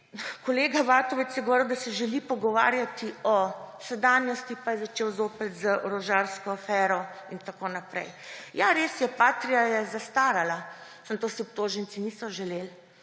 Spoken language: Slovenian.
Kolega Vatovec je govoril, da se želi pogovarjati o sedanjosti, pa je začel zoper z orožarsko afero in tako naprej. Ja, res je, Patria je zastarala, samo tega si obtoženci niso želeli,